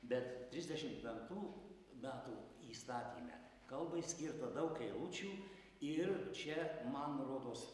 bet trisdešim penktų metų įstatyme kalbai skirta daug eilučių ir čia man rodos